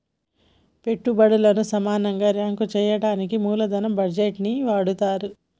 పెట్టుబల్లను సమానంగా రాంక్ చెయ్యడానికి మూలదన బడ్జేట్లని వాడతరు